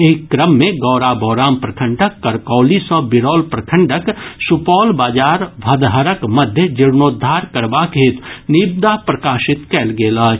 एहि क्रम मे गौड़ाबौराम प्रखंडक करकौली सँ बिरौल प्रखंडक सुपौल बाजार भदहरक मध्य जीर्णोद्धार करबाक हेतु निविदा प्रकाशित कयल गेल अछि